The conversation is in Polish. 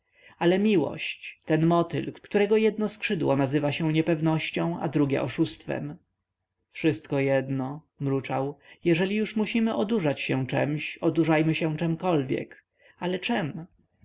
ale miłość ten motyl którego jedno skrzydło nazywa się niepewnością a drugie oszustwem wszystko jedno mruczał jeżeli już musimy odurzać się czemś odurzajmy się czemkolwiek ale czem